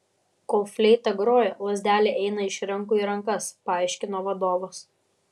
kol fleita groja lazdelė eina iš rankų į rankas paaiškino vadovas